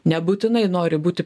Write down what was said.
nebūtinai nori būti